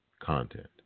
content